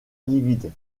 livide